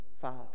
Father